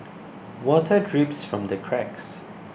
water drips from the cracks